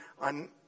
on